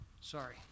Sorry